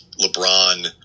LeBron